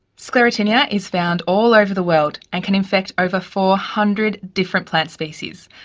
sclerotinia is found all over the world and can infect over four hundred different plant species,